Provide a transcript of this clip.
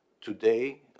Today